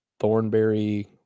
thornberry